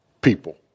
people